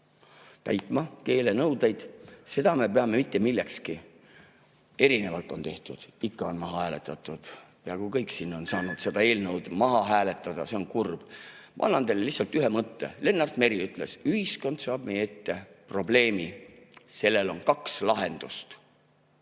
inimesi keelenõudeid täitma, me peame mitte millekski? Erinevaid [ettepanekuid] on tehtud, ikka on maha hääletatud. Peaaegu kõik siin on saanud neid eelnõusid maha hääletada. See on kurb. Ma annan teile lihtsalt ühe mõtte. Lennart Meri ütles: ühiskond seab meie ette probleemi ja sellel on kaks lahendust.